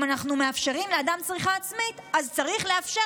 אם אנחנו מאפשרים לאדם צריכה עצמית אז צריך לאפשר